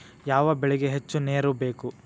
ಯಾವ ಬೆಳಿಗೆ ಹೆಚ್ಚು ನೇರು ಬೇಕು?